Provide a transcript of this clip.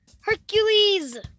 Hercules